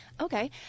Okay